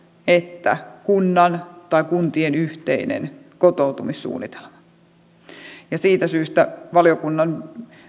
että kunnan tai kuntien yhteinen kotoutumissuunnitelma siitä syystä valiokunnan